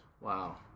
Wow